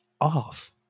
off